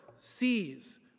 sees